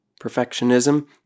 Perfectionism